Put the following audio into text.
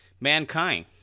mankind